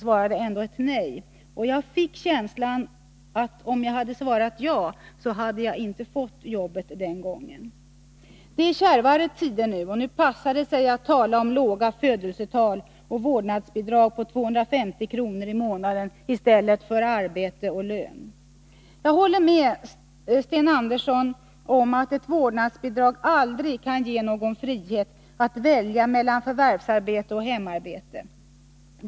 Jag fick en känsla av att om jag hade svarat ja, hade jag inte fått jobbet den gången. Det är kärvare tider nu, och nu passar det sig att tala om låga födelsetal och vårdnadsbidrag på 250 kr. i månaden i stället för arbete och lön. Jag håller med Sten Andersson om att ett vårdnadsbidrag aldrig kan ge någon frihet att välja mellan förvärvsarbete och hemarbete.